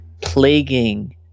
plaguing